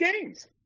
games